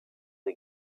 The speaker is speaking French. des